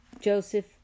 Joseph